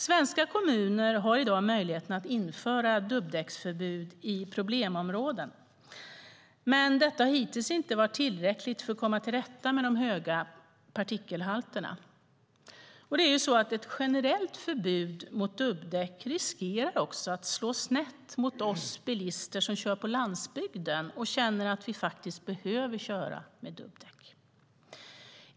Svenska kommuner har i dag möjlighet att införa dubbdäcksförbud i problemområden. Men detta har hittills inte varit tillräckligt för att komma till rätta med de höga partikelhalterna. Ett generellt förbud mot dubbdäck riskerar att slå snett mot oss bilister som kör på landsbygden och känner att vi faktiskt behöver köra med dubbdäck.